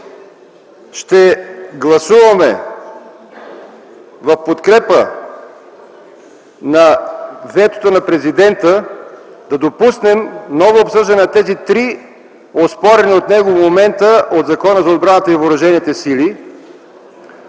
ще гласува в подкрепа на ветото на президента да допуснем ново обсъждане на тези три оспорени от него момента от Закона за отбраната и въоръжените сили.